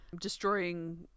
destroying